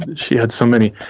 and she had so many.